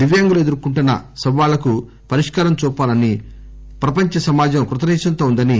దివ్యాంగులు ఎదుర్కోంటున్న సవాళ్లకు పరిష్కారం చూపాలని ప్రపంచ సమాజం కృతనిశ్చయంతో ఉందని